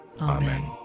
Amen